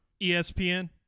ESPN